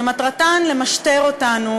שמטרתה למשטר אותנו,